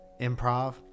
improv